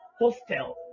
hostel